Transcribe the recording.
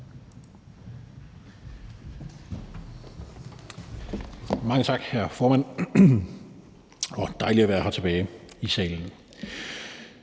Mange tak, hr. formand. Det er dejligt at være tilbage her i salen.